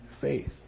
faith